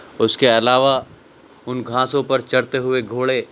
اس کے علاوہ ان گھاسوں پر چرتے ہوئے گھوڑے